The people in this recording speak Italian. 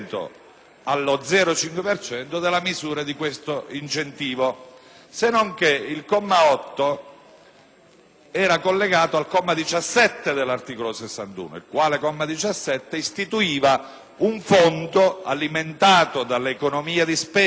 per cento della misura di questo incentivo. Senonché, il comma 8 era collegato al comma 17 dell'articolo 61, il quale istituiva un fondo, alimentato dall'economia di spesa